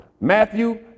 Matthew